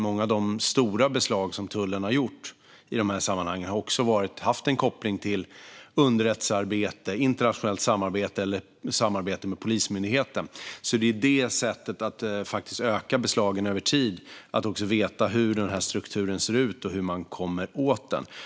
Många av de stora beslag som tullen har gjort i dessa sammanhang har också haft en koppling till underrättelsearbete, internationellt samarbete eller samarbete med Polismyndigheten. Det är på detta sätt man faktiskt kan öka beslagen över tid, veta hur denna struktur ser ut och hur man kommer åt den.